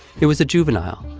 it was a juvenile.